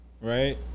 Right